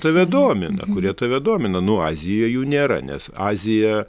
tave domina kurie tave dominanu azijoj jų nėra nes azija